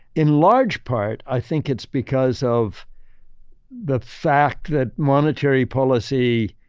in large part, i think it's because of the fact that monetary policy